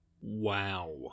Wow